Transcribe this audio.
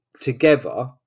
together